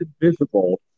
invisible